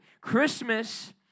Christmas